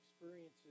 experiences